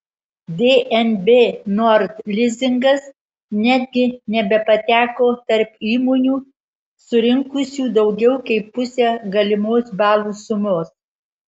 dnb nord lizingas netgi nebepateko tarp įmonių surinkusių daugiau kaip pusę galimos balų sumos